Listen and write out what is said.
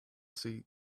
seat